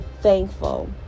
thankful